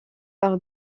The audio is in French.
par